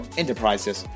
enterprises